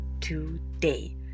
today